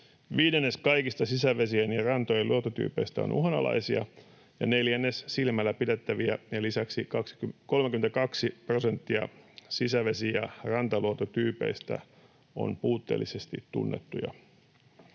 Viidennes kaikista sisävesien ja rantojen luontotyypeistä on uhanalaisia ja neljännes silmällä pidettäviä, ja lisäksi 32 prosenttia sisävesi- ja rantaluontotyypeistä on puutteellisesti tunnettuja.